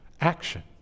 Action